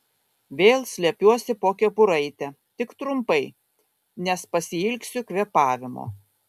vėl slepiuosi po kepuraite tik trumpai nes pasiilgsiu kvėpavimo